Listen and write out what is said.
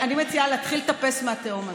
אני מציעה להתחיל לטפס מהתהום הזאת,